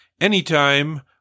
Anytime